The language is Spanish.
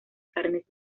carnes